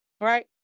right